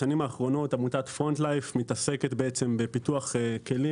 עמותת פרונט-לייף מתעסקת בפיתוח כלים